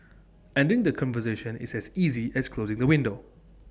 ending the conversation is as easy as closing the window